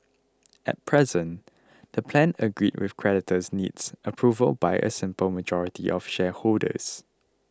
at present the plan agreed with creditors needs approval by a simple majority of shareholders